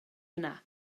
yna